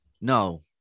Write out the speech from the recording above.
No